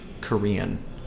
korean